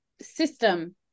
system